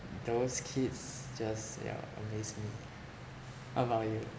those kids just yeah amazing what about you